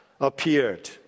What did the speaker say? appeared